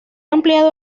ampliado